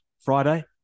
Friday